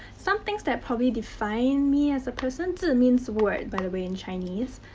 some things that probably define me as a person? zi means word, by the way. in chinese,